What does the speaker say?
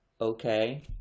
okay